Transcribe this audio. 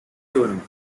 tournament